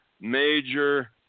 major